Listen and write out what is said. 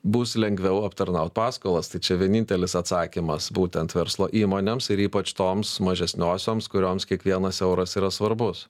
bus lengviau aptarnaut paskolas tai čia vienintelis atsakymas būtent verslo įmonėms ir ypač toms mažesniosioms kurioms kiekvienas euras yra svarbus